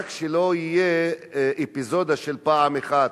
רק שלא יהיה אפיזודה של פעם אחת,